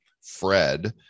Fred